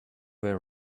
were